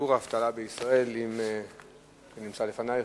שיעור האבטלה בישראל, אם התשובה נמצאת לפנייך.